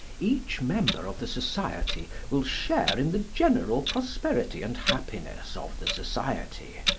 each member of the society will share in the general prosperity and happiness of the society,